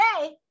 today